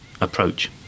approach